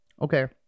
okay